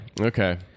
Okay